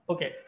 Okay